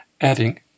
adding